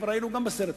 וכבר היינו גם בסרט הזה.